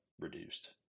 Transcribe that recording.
reduced